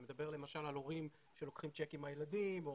אני מדבר למשל על הורים שלוקחים צ'קים מהילדים או